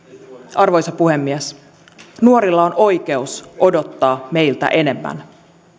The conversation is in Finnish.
arvoisa puhemies nuorilla on oikeus odottaa meiltä enemmän